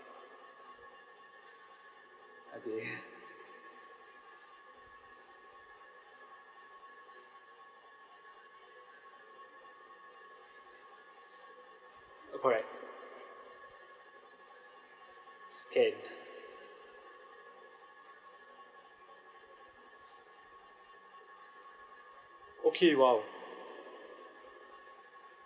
okay correct scan okay !wow!